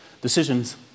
decisions